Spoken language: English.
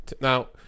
Now